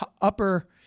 upper